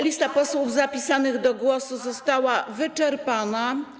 Lista posłów zapisanych do głosu została wyczerpana.